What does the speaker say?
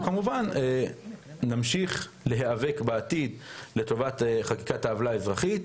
אנחנו כמובן נמשיך להיאבק בעתיד לטובתך חקיקת העולה האזרחית,